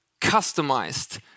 customized